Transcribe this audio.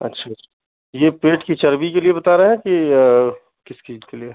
अच्छा अच्छा यह पेट की चर्बी के लिए बता रहे हैं कि किस चीज़ के लिए